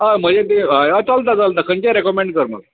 हय चलता चलता खंयचेय रेकमेंड कर म्हाका